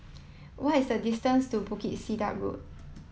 what is the distance to Bukit Sedap Road